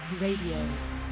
Radio